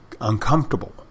uncomfortable